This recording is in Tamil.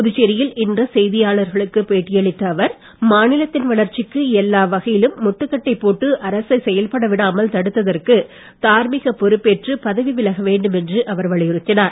புதுச்சேரியில் இன்று செய்தியாளர்களுக்கு பேட்டியளித்த அவர் மாநிலத்தின் வளர்ச்சிக்கு எல்லா வகையிலும் முட்டுக்கட்டை போட்டு அரசை செயல்பட விடாமல் தடுத்ததற்கு தார்மீகப் பொறுப்பேற்று பதவி விலக வேண்டும் என்று அவர் வலியுறுத்தினார்